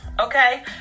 Okay